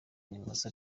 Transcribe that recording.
nyamwasa